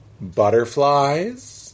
Butterflies